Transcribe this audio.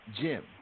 Jim